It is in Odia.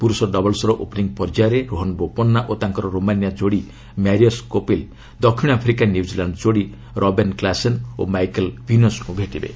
ପୁରୁଷ ଡବଲ୍ସର ଓପନିଂ ପର୍ଯ୍ୟାୟରେ ରୋହନ ବୋପନ୍ନା ଓ ତାଙ୍କର ରୋମାନିଆ ଯୋଡ଼ି ମ୍ୟାରିୟସ୍ କୋପିଲ୍ ଦକ୍ଷିଣ ଆଫ୍ରିକା ନ୍ୟୁଜିଲାଣ୍ଡ ଯୋଡ଼ି ରବେନ୍ କ୍ଲାସେନ୍ ଓ ମାଇକେଲ୍ ବିନସ୍ଙ୍କୁ ଭେଟିବେ